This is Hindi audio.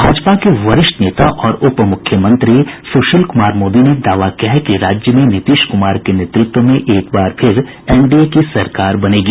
भाजपा के वरिष्ठ नेता और उप मुख्यमंत्री सुशील कुमार मोदी ने दावा किया है कि राज्य में नीतीश कुमार के नेतृत्व में एक बार फिर एनडीए की सरकार बनेगी